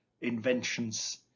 inventions